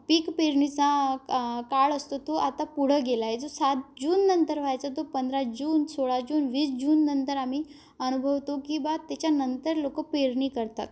पीक पेरणीचा का काळ असतो तो आता पुढं गेलाय जो सात जून नंतर व्हायचा तो पंधरा जून सोळा जून वीस जून नंतर आम्ही अनुभवतो की बा तेच्यानंतर लोकं पेरणी करतात